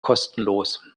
kostenlos